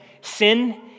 Sin